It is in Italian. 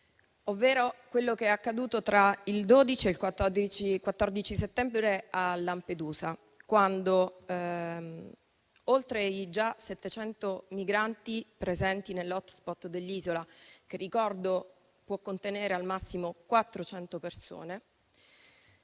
ovvero quello che è accaduto tra il 12 e il 14 settembre a Lampedusa, quando, oltre ai 700 migranti già presenti nell'*hotspot* dell'isola, che ricordo può contenere al massimo 400 persone,